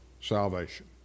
salvation